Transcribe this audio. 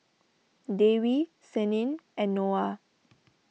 Dewi Senin and Noah